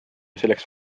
selleks